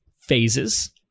phases